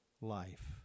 life